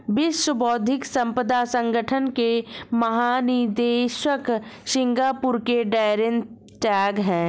विश्व बौद्धिक संपदा संगठन के महानिदेशक सिंगापुर के डैरेन टैंग हैं